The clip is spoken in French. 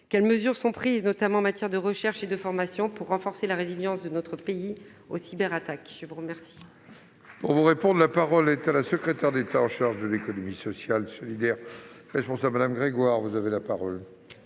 Quelles mesures sont prises, notamment en matière de recherche et de formation, pour renforcer la résilience de notre pays face aux cyberattaques ? La parole